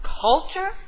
culture